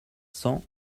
cents